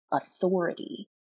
authority